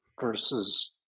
versus